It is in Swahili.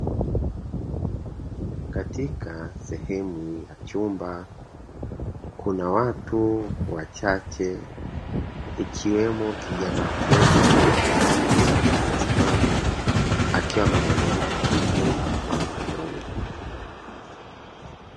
Katika sehemu ya chumba kuna watu wachache ikiwemo kijana mmoja mtanashati aliyesimama akiwa anamuelekeza kitu mwanamke huyu.